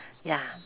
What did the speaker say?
ya